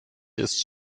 ist